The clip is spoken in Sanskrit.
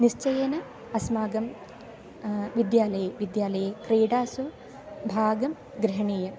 निश्चयेन अस्माकं विद्यालये विद्यालये क्रीडासु भागं ग्रह्णीयम्